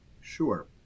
Sure